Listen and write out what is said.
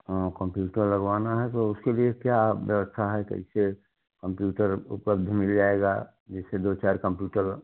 हाँ कंप्यूटर लगवाना है तो उसके लिए क्या व्यवस्था है कैसे कंप्यूटर उपलब्ध मिल जाएगा जैसे दो चार कंप्यूटर